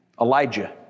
Elijah